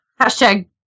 Hashtag